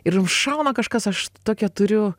ir šauna kažkas aš tokią turiu